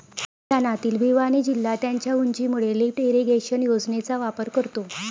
हरियाणातील भिवानी जिल्हा त्याच्या उंचीमुळे लिफ्ट इरिगेशन योजनेचा वापर करतो